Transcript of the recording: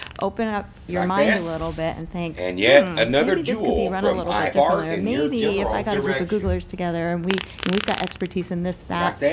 open up your mind a little bit and think hmm, maybe this could be run a little bit differently, or maybe if i got a group of googlers together and and we've got expertise in this, that,